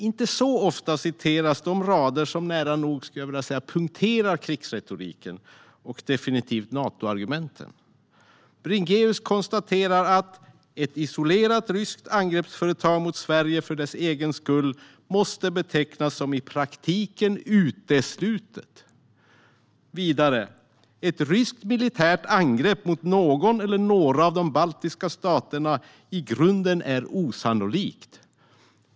Inte så ofta citeras de rader som nära nog punkterar krigsretoriken och definitivt Natoargumenten. Bringéus konstaterar: "Ett isolerat ryskt angreppsföretag mot Sverige, för dess egen skull, måste betecknas som i praktiken uteslutet." Vidare framgår "att ett ryskt militärt angrepp mot någon eller några av de baltiska staterna i grunden är osannolikt".